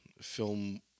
film